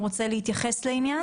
נדרשת כאן הערכה רחבה יותר.